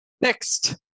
Next